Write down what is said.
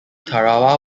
tarawa